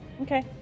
okay